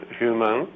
human